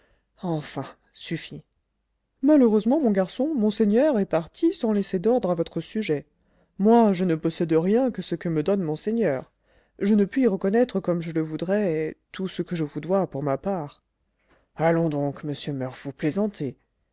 enfin suffit malheureusement mon garçon monseigneur est parti sans laisser d'ordre à votre sujet moi je ne possède rien que ce que me donne monseigneur je ne puis reconnaître comme je le voudrais tout ce que je vous dois pour ma part allons donc monsieur murph vous plaisantez